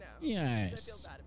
Yes